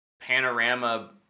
panorama